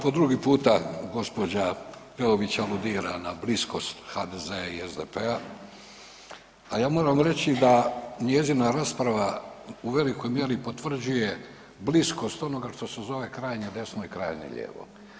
Po drugi puta gospođa Peović aludira na bliskost HDZ-a i SDP-a, a ja moram reći da njezina rasprava u velikoj mjeri potvrđuje bliskost onoga što se zove krajnje desno i krajnje lijevo.